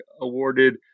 awarded